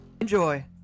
Enjoy